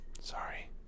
Sorry